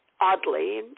oddly